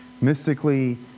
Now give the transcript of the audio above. mystically